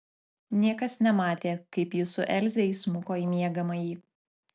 niekas nematė kaip jis su elze įsmuko į miegamąjį